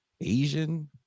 Asian